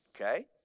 okay